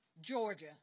Georgia